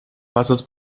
pasos